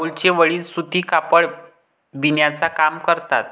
राहुलचे वडील सूती कापड बिनण्याचा काम करतात